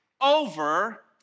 over